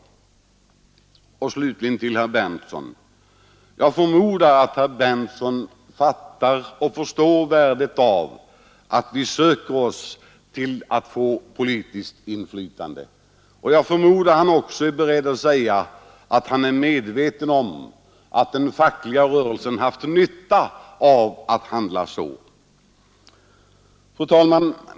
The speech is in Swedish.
Slutligen till herr Berndtson: Jag förmodar att herr Berndtson förstår värdet av att vi söker få politiskt inflytande. Jag förmodar att han också är beredd att säga att han är medveten om att den fackliga rörelsen haft nytta av att handla som den gjort i det avseendet. Fru talman!